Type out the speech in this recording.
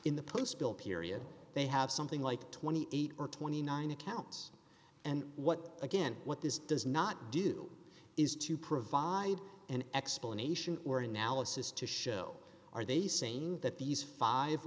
in the postville period they have something like twenty eight or twenty nine accounts and what again what this does not do is to provide an explanation or analysis to show are they saying that these five